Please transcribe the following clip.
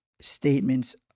statements